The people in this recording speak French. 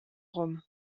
rome